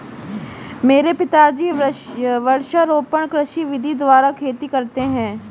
मेरे पिताजी वृक्षारोपण कृषि विधि द्वारा खेती करते हैं